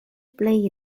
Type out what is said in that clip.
plej